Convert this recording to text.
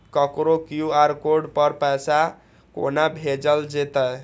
ककरो QR code पर पैसा कोना भेजल जेतै?